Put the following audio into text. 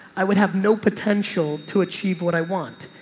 i would have no potential to achieve what i want.